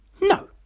No